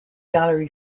gallery